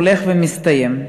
הולך ומסתיים.